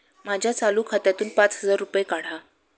माझ्या चालू खात्यातून पाच हजार रुपये काढा